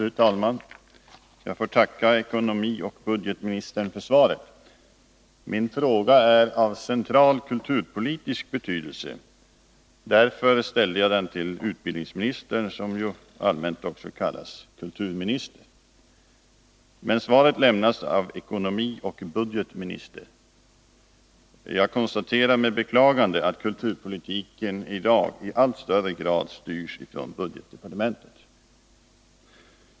Fru talman! Jag får tacka ekonomioch budgetministern för svaret. Min fråga är av central kulturpolitisk betydelse. Därför ställde jag den till utbildningsministern, som ju allmänt också kallas kulturminister. Men svaret lämnades av ekonomioch budgetministern. Jag konstaterar med beklagande att kulturpolitiken i dag i allt högre grad styrs från budgetdepartementet.